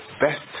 best